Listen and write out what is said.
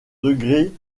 degré